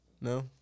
No